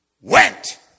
Went